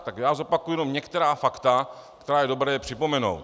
Tak já zopakuji jenom některá fakta, která je dobré připomenout.